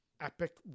epic